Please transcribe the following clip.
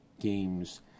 games